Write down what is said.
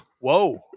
Whoa